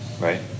right